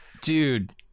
dude